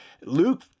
Luke